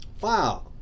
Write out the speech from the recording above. wow